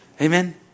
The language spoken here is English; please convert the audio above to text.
Amen